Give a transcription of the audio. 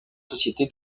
société